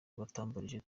batambarije